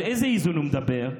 על איזה איזון הוא מדבר?